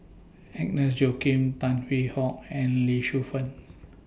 Agnes Joaquim Tan Hwee Hock and Lee Shu Fen